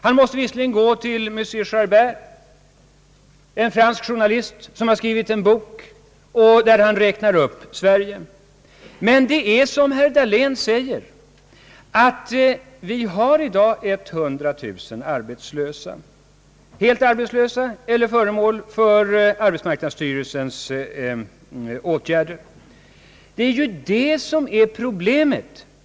Han måste visserligen gå till Servan-Scheibert, en fransk journalist som har skrivit en bok, där bl.a. Sverige nämns. Men, som herr Dahlén säger, i dag har vi 100 000 arbetslösa, helt arbetslösa eller föremål för arbetsmarknadsstyrelsens åtgärder. Det är ju det som är problemet.